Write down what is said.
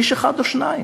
איש אחד או שניים,